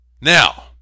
now